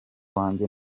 wanjye